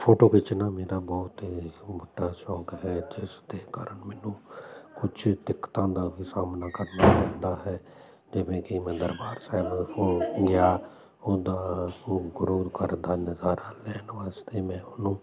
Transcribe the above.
photo ਖਿੱਚਣਾ ਮੇਰਾ ਬਹੁਤ ਮੁੱਦਾ ਸੌਂਕ ਹੈ ਜਿਸ ਦੇ ਕਾਰਨ ਮੈਨੂੰ ਕੁਝ ਦਿੱਕਤਾਂ ਦਾ ਵੀ ਸਾਹਮਣਾ ਕਰਨਾ ਪੈਂਦਾ ਹੈ ਜਿਵੇਂ ਕਿ ਮੈਂ ਦਰਬਾਰ ਸਾਹਿਬ ਗਿਆ ਹੁੰਦਾ ਹਾਂ ਗੁਰੂ ਘਰ ਦਾ ਨਜ਼ਾਰਾ ਲੈਣ ਵਾਸਤੇ ਮੈਂ ਉਹਨੂੰ